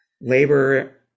labor